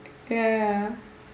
ya ya